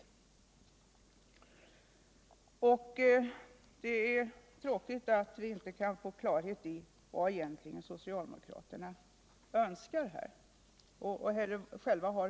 Det är tråkigt att vi inte kan få någon Energisparplan klarhet i vad socialdemokraterna önskar och vilken linje de har.